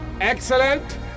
Excellent